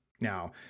Now